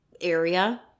area